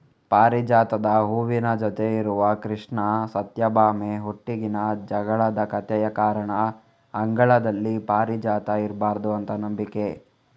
ಪಾರಿಜಾತದ ಹೂವಿನ ಜೊತೆ ಇರುವ ಕೃಷ್ಣ ಸತ್ಯಭಾಮೆ ಒಟ್ಟಿಗಿನ ಜಗಳದ ಕಥೆಯ ಕಾರಣ ಅಂಗಳದಲ್ಲಿ ಪಾರಿಜಾತ ಇರ್ಬಾರ್ದು ಅಂತ ನಂಬಿಕೆ